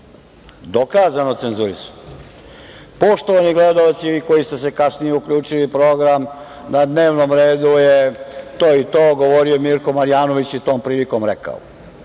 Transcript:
Dokazano cenzurisan. Poštovani gledaoci, vi koji ste se kasnije uključili u program na dnevnom redu je to i to, govorio je Mirko Marjanović i tom prilikom rekao. Znači,